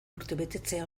urtebetetzea